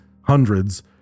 hundreds